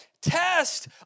test